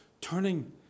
turning